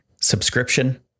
subscription